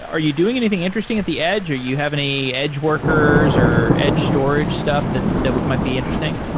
are you doing anything interesting at the edge, or do you have any edge workers or edge storage stuff that that would might be interesting?